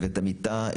הבאת מיטה,